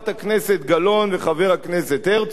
חברת הכנסת גלאון וחבר הכנסת הרצוג,